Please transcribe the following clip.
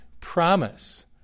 promise